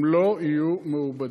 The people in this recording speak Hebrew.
הם לא יהיו מעובדים.